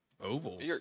ovals